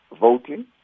voting